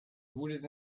voulais